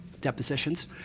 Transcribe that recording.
depositions